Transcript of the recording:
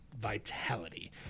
vitality